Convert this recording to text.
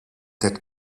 that